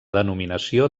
denominació